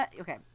okay